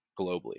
globally